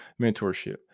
mentorship